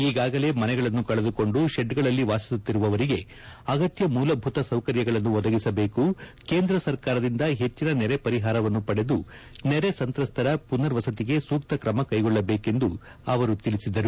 ಈಗಾಗಲೇ ಮನೆಗಳನ್ನು ಕಳೆದು ಕೊಂಡು ಶೆಡ್ಗಳಲ್ಲಿ ವಾಸಿಸುತ್ತಿರುವವರಿಗೆ ಅಗತ್ಯ ಮೂಲಭೂತ ಸೌಕರ್ಯಗಳನ್ನು ಒದಗಿಸಬೇಕು ಕೇಂದ್ರ ಸರ್ಕಾರದಿಂದ ಹೆಚ್ಚಿನ ನೆರೆ ಪರಿಹಾರವನ್ನು ಪಡೆದು ನೆರೆ ಸಂತ್ರಸ್ತರ ಪುನರ್ ವಸತಿಗೆ ಸೂಕ್ತ ಕ್ರಮ ಕೈಗೊಳ್ಳಬೇಕೆಂದು ತಿಳಿಸಿದರು